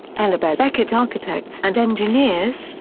ellerbe becket architects and engineers,